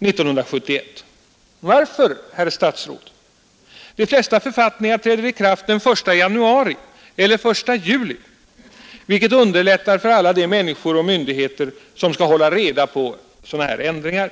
1971. Varför, herr statsråd? De flesta författningar träder i kraft den 1 januari eller den 1 juli, vilket underlättar för alla de människor och myndigheter som skall hålla reda på ändringarna.